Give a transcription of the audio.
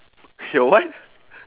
your what